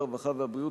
הרווחה והבריאות,